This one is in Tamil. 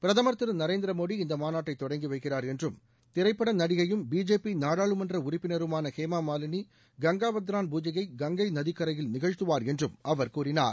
பிரதமர் திரு நரேந்திர மோடி இந்த மாநாட்டை தொடங்கி வைக்கிறார் என்றும் திரைப்பட நடிகையும் பிஜேபி நாடாளுமன்ற உறுப்பினருமான ஹேமா மாலினி கங்காவத்ரான் பூஜையை கங்கை நதிக்கரயில் நிகழ்த்துவார் என்றும் அவர் கூறினார்